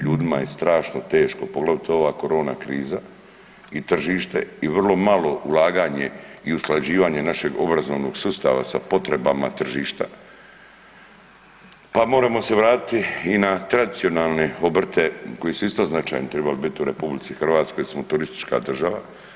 Ljudima je strašno teško, poglavito ova korona kriza i tržište i vrlo malo ulaganje i usklađivanje našeg obrazovnog sustava sa potrebama tržišta, pa moremo se vratiti i na tradicionalne obrte koji su isto značajni, trebalo bi biti u RH jer smo turistička država.